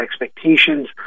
expectations